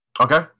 Okay